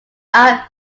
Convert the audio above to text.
are